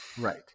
right